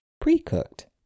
pre-cooked